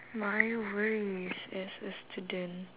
my worries as a student